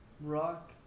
Rock